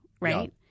right